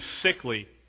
sickly